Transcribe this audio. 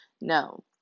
no